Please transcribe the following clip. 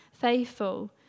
faithful